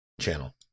channel